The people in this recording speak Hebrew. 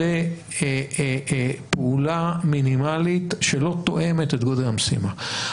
זו פעולה מינימלית שלא תואמת את גודל המשימה.